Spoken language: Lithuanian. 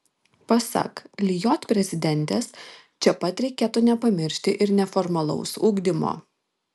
pasak lijot prezidentės čia pat reikėtų nepamiršti ir neformalaus ugdymo